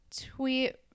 tweet